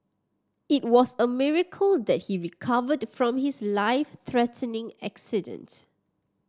it was a miracle that he recovered from his life threatening accident